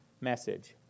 message